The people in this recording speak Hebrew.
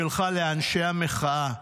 פניתי לאנשי המחאה.